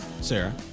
Sarah